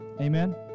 Amen